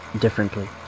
differently